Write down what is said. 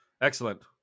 excellent